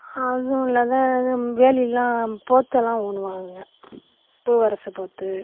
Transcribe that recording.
அதுவும் இல்லாத இதுவும் வேலிலாம் போத்தலாம் விடுவாங்க பூவரச போத்து